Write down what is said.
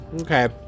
okay